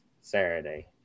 Saturday